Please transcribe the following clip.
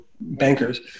bankers